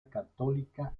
católica